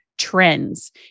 trends